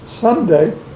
Sunday